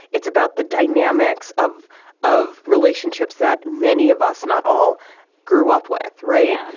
it's about the dynamics of of relationships that many of us not all grew up with. right.